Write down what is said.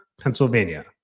Pennsylvania